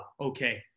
okay